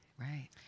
Right